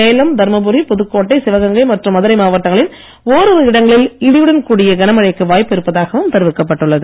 சேலம் தர்மபுரி புதுக்கோட்டை சிவகங்கை மற்றும் மதுரை மாவட்டங்களின் ஓரிரு இடங்களில் இடியுடன் கூடிய கன மழைக்கு வாய்ப்பு இருப்பதாகவும் தெரிவிக்கப்பட்டுள்ளது